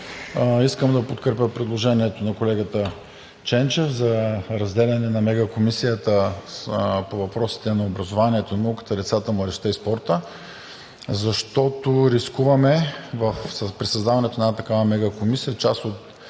Искам да подкрепя предложението на колегата Ченчев за разделяне на мегакомисията по въпросите на образованието и науката, децата, младежта и спорта, защото рискуваме при създаването на една такава мегакомисия част от